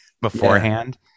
beforehand